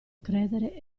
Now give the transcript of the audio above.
credere